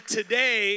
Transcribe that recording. today